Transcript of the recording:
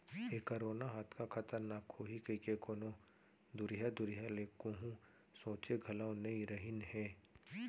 ए corona ह अतका खतरनाक होही कइको कोनों दुरिहा दुरिहा ले कोहूँ सोंचे घलौ नइ रहिन हें